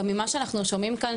גם ממה שאנחנו שומעים כאן,